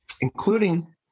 including